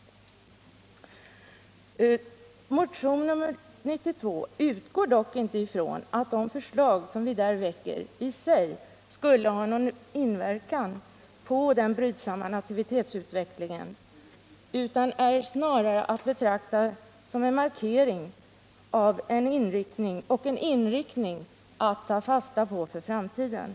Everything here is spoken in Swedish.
Motion nr 92 utgår dock inte ifrån att de förslag vi väckt i sig skulle ha någon inverkan på den brydsamma nativitetssituationen utan är snarare att betrakta som en markering och en inriktning att ta fasta på för framtiden.